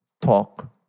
talk